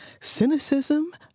Cynicism